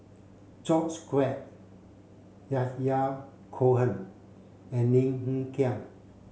George Quek Yahya Cohen and Lim Hng Kiang